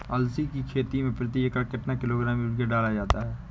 अलसी की खेती में प्रति एकड़ कितना किलोग्राम यूरिया डाला जाता है?